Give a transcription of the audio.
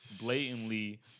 blatantly